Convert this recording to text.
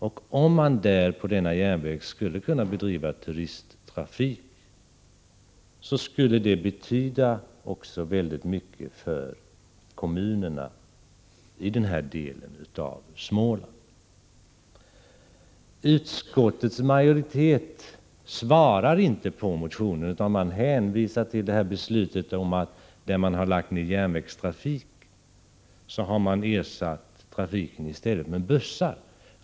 Om man på denna järnväg skulle kunna bedriva turisttrafik, skulle det också betyda mycket för kommunerna i denna del av Småland. Utskottsmajoriteten svarar inte på motionen, utan man hänvisar till att där järnvägstrafik har lagts ned har trafiken ersatts med buss.